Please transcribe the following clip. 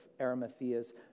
Arimathea's